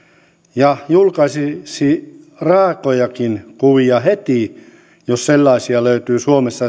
ja julkaisisi raakojakin kuvia heti jos sellaisia löytyy suomessa